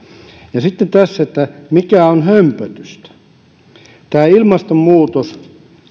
ja sitten tästä mikä on hömpötystä tästä ilmastonmuutoksesta